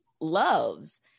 loves